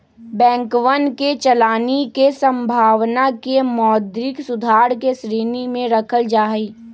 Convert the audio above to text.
बैंकवन के चलानी के संभावना के मौद्रिक सुधार के श्रेणी में रखल जाहई